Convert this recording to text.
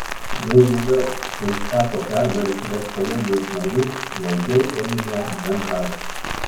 jau vėliau kai jis tapo pergalės redkolegijos nariu glaudžiau ėmėme bendrauti